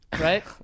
right